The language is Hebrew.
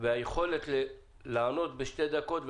והיכולת לענות בשתי דקות.